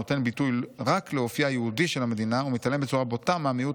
נותן ביטוי רק לאופייה היהודי של המדינה ומתעלם בצורה בוטה מהמיעוט